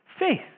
Faith